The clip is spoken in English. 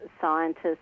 scientists